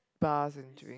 bars and drink